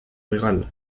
rurale